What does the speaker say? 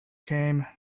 came